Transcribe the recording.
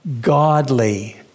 godly